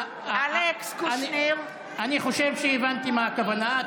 אני חושב שהבנתי מה הכוונה.